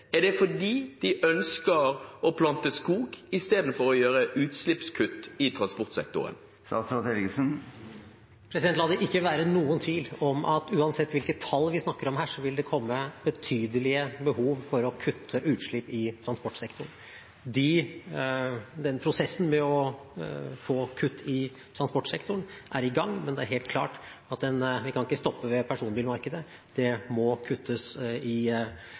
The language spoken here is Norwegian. Er det fordi de ønsker å plante skog istedenfor å gjøre utslippskutt i transportsektoren? La det ikke være noen tvil om at uansett hvilke tall vi snakker om her, så vil det komme betydelige behov for å kutte utslipp i transportsektoren. Prosessen med å få til kutt i transportsektoren er i gang, men det er helt klart at vi kan ikke stoppe ved personbilmarkedet. Det må kuttes i